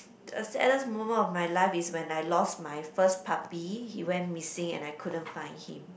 the saddest moment of my life is when I lost my first puppy he went missing and I couldn't find him